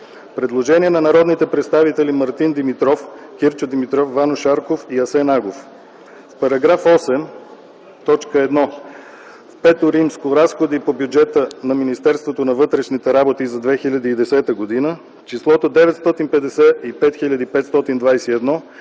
Предложение на народните представители Мартин Димитров, Кирчо Димитров, Ваньо Шарков и Асен Агов: В § 8: 1. В Раздел V „Разходи по бюджета на Министерството на вътрешните работи за 2010 г.”, числото „955 521”